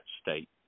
state